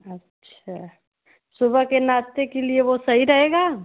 अछा सुबह के नाश्ते के लिए वह सही रहेगा